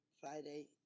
Friday